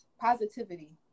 positivity